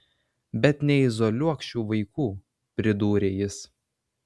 bet neizoliuok šių vaikų pridūrė jis